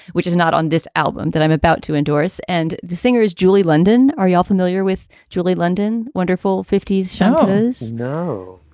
which is not on this album that i'm about to endorse. and the singer is julie london. are you all familiar with julie london? wonderful fifty s shows. no.